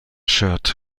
shirt